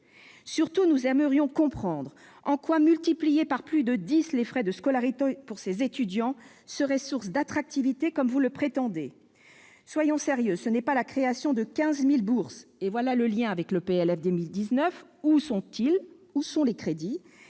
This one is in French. Surtout, nous aimerions comprendre en quoi multiplier par plus de dix les frais de scolarité pour ces étudiants serait source d'attractivité comme vous le prétendez. Soyons sérieux, ce n'est pas la création de 15 000 bourses- et voilà le lien avec le projet de loi de finances pour 2019 : où sont les crédits ?